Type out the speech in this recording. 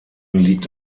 liegt